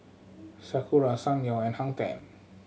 Sakura Ssangyong and Hang Ten